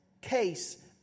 case